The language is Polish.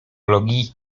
logii